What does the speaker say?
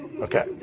Okay